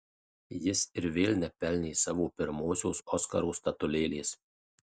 jis ir vėl nepelnė savo pirmosios oskaro statulėlės